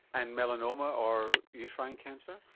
and melanoma or uterine cancer?